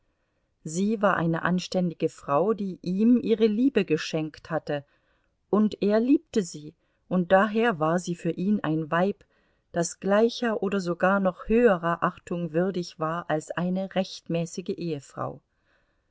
sie war eine anständige frau die ihm ihre liebe geschenkt hatte und er liebte sie und daher war sie für ihn ein weib das gleicher oder sogar noch höherer achtung würdig war als eine rechtmäßige ehefrau